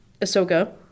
Ahsoka